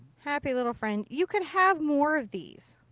happy little friend. you could have more of these